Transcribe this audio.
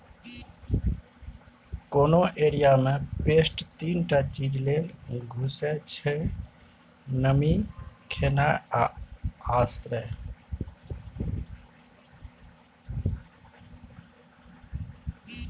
कोनो एरिया मे पेस्ट तीन टा चीज लेल घुसय छै नमी, खेनाइ आ आश्रय